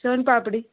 సోన్ పాపిడి